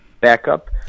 backup